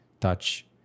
touch